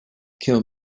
kill